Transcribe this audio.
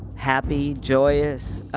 happy, joyous,